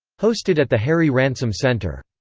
hosted at the harry ransom center.